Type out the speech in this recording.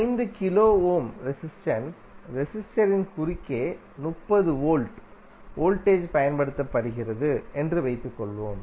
5 kilo ohm resistance ரெசிஸ்டரின் குறுக்கே 30 volt voltage பயன்படுத்தப்படுகிறது என்று வைத்துக்கொள்வோம்